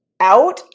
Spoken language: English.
Out